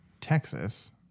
Texas